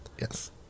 Yes